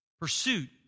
pursuit